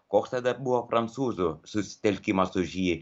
koks tada buvo prancūzų susitelkimas už jį